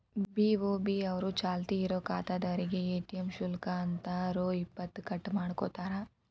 BOB ಅವರು ಚಾಲ್ತಿ ಇರೋ ಖಾತಾದಾರ್ರೇಗೆ ಎ.ಟಿ.ಎಂ ಶುಲ್ಕ ಅಂತ ರೊ ಇಪ್ಪತ್ತು ಕಟ್ ಮಾಡ್ಕೋತಾರ